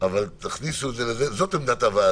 אבל תכניסו את זה, זאת עמדת הוועדה.